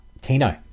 Tino